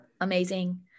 amazing